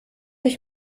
ich